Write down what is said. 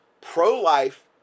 pro-life